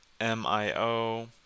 M-I-O